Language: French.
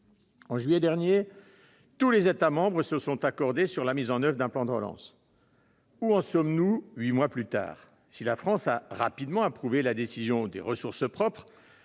En juillet dernier, tous les États membres se sont accordés sur la mise en oeuvre d'un plan de relance. Où en sommes-nous huit mois plus tard ? Si la France a rapidement approuvé la décision « ressources propres